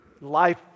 life